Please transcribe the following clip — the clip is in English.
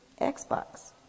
Xbox